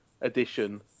edition